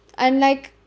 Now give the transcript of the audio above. and like